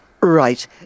Right